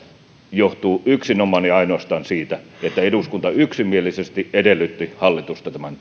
johtuu yksinomaan ja ainoastaan siitä että eduskunta yksimielisesti edellytti hallitusta tämän